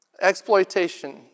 exploitation